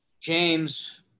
james